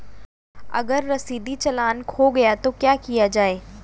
अगर रसीदी चालान खो गया तो क्या किया जाए?